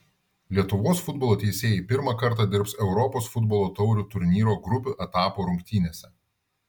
lietuvos futbolo teisėjai pirmą kartą dirbs europos futbolo taurių turnyro grupių etapo rungtynėse